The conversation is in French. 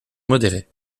modéré